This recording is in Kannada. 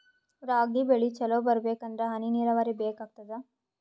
ರಾಗಿ ಬೆಳಿ ಚಲೋ ಬರಬೇಕಂದರ ಹನಿ ನೀರಾವರಿ ಬೇಕಾಗತದ?